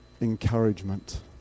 encouragement